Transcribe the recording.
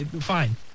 fine